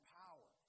power